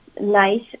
nice